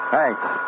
Thanks